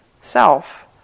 self